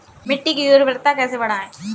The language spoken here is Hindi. मिट्टी की उर्वरता कैसे बढ़ाएँ?